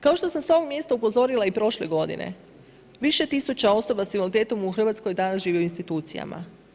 Kao što sam s ovog mjesta upozorila i prošle godine, više tisuća osoba s invaliditetom u Hrvatskoj danas živi u institucijama.